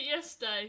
yesterday